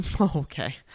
okay